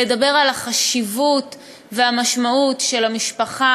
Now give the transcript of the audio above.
לדבר על החשיבות ועל המשמעות של המשפחה